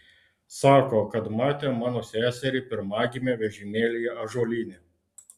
sako kad matė mano seserį pirmagimę vežimėlyje ąžuolyne